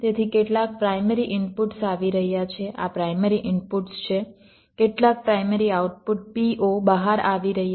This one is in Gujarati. તેથી કેટલાક પ્રાયમરી ઇનપુટ્સ આવી રહ્યા છે આ પ્રાયમરી ઇનપુટ્સ છે કેટલાક પ્રાયમરી આઉટપુટ PO બહાર આવી રહ્યા છે